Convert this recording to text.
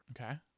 Okay